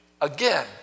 again